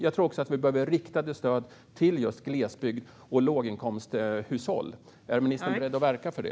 Jag tror också att vi behöver riktade stöd till just glesbygd och låginkomsthushåll. Är ministern beredd att verka för det?